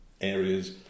areas